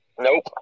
Nope